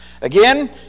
Again